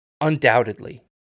undoubtedly